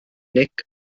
nick